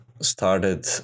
started